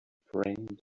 praying